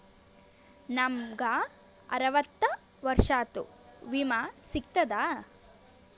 ನಮ್ ಗ ಅರವತ್ತ ವರ್ಷಾತು ವಿಮಾ ಸಿಗ್ತದಾ?